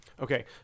okay